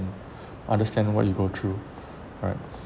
understand what you go through alright